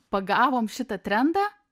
pagavom šitą trendą